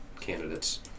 candidates